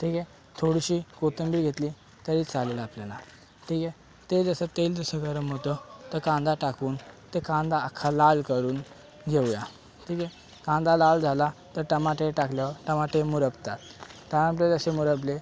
ठीके थोडीशी कोथिंबीर घेतली तरी चालेल आपल्याला ठीके ते जसं तेल जसं गरम होतं तर कांदा टाकून ते कांदा अख्खा लाल करुन घेऊया ठीके कांदा लाल झाला तर टमाटे टाकल्यावर टमाटे मुरपतात टमाटे जसे मुरपले